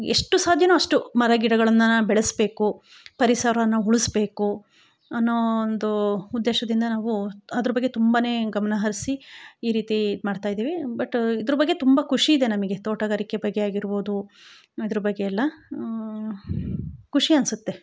ಎಷ್ಟು ಸಾಧ್ಯನೋ ಅಷ್ಟು ಮರಗಿಡಗಳನ್ನು ಬೆಳೆಸ್ಬೇಕು ಪರಿಸರ ಉಳಿಸ್ಬೇಕು ಅನ್ನೋ ಒಂದು ಉದ್ದೇಶದಿಂದ ನಾವು ಅದ್ರ ಬಗ್ಗೆ ತುಂಬ ಗಮನ ಹರಿಸಿ ಈ ರೀತಿ ಮಾಡ್ತಯಿದಿವಿ ಬಟ್ ಇದ್ರ ಬಗ್ಗೆ ತುಂಬ ಖುಷಿಯಿದೆ ನಮಗೆ ತೋಟಗಾರಿಕೆ ಬಗ್ಗೆ ಆಗಿರ್ಬೋದು ಇದ್ರ ಬಗ್ಗೆಯೆಲ್ಲ ಖುಷಿ ಅನಿಸುತ್ತೆ